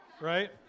right